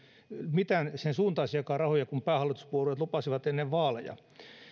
mitään sen suuntaisiakaan rahoja kuin päähallituspuolueet lupasivat ennen vaaleja